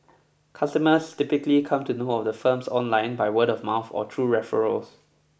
customers typically come to know of the firms online by word of mouth or through referrals